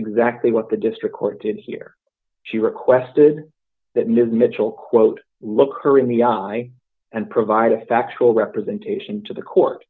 exactly what the district court did here she requested that ms mitchell quote look her in the eye and provide a factual representation to the court